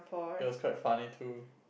you are quite funny too